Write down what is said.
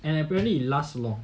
and apparently it last long